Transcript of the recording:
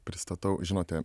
pristatau žinote